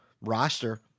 roster